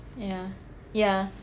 yeah yeah